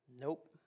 Nope